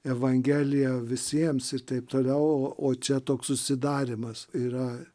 evangelija visiems ir taip toliau o čia toks užsidarymas yra